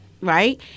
right